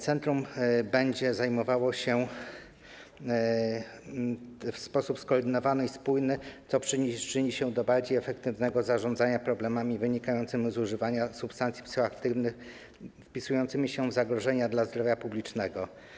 Centrum będzie działało w sposób skoordynowany i spójny, co przyczyni się do bardziej efektywnego zarządzania problemami wynikającymi z używania substancji psychoaktywnych, wpisującymi się w zagrożenia dla zdrowia publicznego.